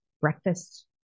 breakfast